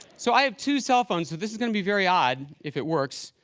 so i have two cell phones, so this going to be very odd, if it works.